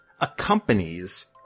accompanies